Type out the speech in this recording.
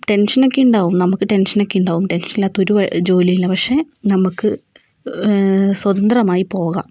ടെൻഷനൊക്കെ ഉണ്ടാവും നമുക്ക് ടെൻഷനൊക്കെ ഉണ്ടാവും ടെൻഷൻ ഇല്ലാത്ത ഒരു ജോലിയില്ല പക്ഷെ നമുക്ക് സ്വതന്ത്രമായി പോകാം